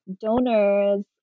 donors